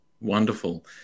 Wonderful